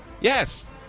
yes